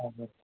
हजुर